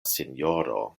sinjoro